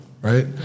right